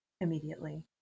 immediately